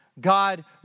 God